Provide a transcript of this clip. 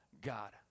God